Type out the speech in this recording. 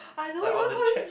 like on the chat